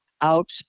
out